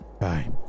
Bye